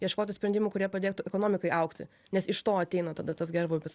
ieškoti sprendimų kurie padėtų ekonomikai augti nes iš to ateina tada tas gerbūvis